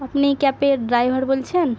আপনি ক্যাবের ড্রাইভার বলছেন